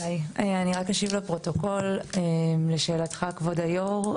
אני רק אשיב לפרוטוקול, לשאלתך כבוד היו"ר.